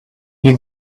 you